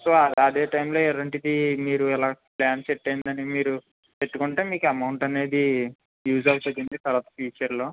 so అదే టైంలో ఏజెంటుకి మీరు ఇలా ప్లాన్ సెట్ అయ్యిందని మీరు పెట్టుకుంటే మీకు అమౌంట్ అనేది యూజ్ అవుతుందండి తర్వాత ఫ్యూచర్లో